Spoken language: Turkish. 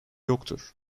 yoktur